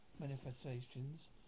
manifestations